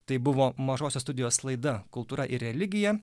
tai buvo mažosios studijos laida kultūra ir religija